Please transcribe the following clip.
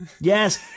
Yes